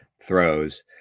throws